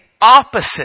opposite